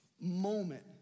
moment